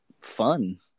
fun